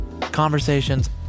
Conversations